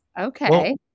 Okay